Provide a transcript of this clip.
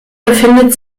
befindet